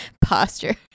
posture